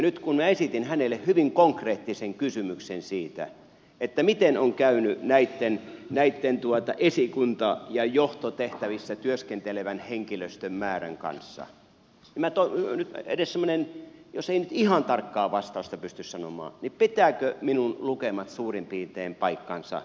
nyt kun minä esitin hänelle hyvin konkreettisen kysymyksen siitä miten on käynyt esikunta ja johtotehtävissä työskentelevän henkilöstön määrän kanssa niin jos ei nyt ihan tarkkaa vastausta pysty sanomaan niin pitävätkö minun lukemani suurin piirtein paikkansa